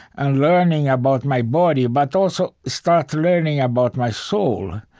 and learning about my body but also, start learning about my soul.